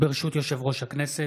ברשות יושב-ראש הכנסת,